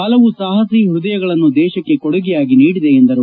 ಹಲವು ಸಾಹಸೀ ಪ್ಪದಯಗಳನ್ನು ದೇಶಕೆ ಕೊಡುಗೆಯಾಗಿ ನೀಡಿದೆ ಎಂದರು